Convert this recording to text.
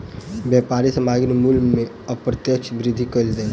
व्यापारी सामग्री मूल्य में अप्रत्याशित वृद्धि कय देलक